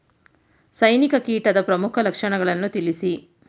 ಸೈನಿಕ ಕೀಟದ ಪ್ರಮುಖ ಲಕ್ಷಣಗಳನ್ನು ತಿಳಿಸಿ?